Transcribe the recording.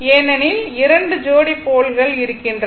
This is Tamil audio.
ஏனெனில் 2 ஜோடி போல் இருக்கின்றன